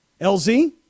LZ